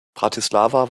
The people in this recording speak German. bratislava